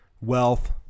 wealth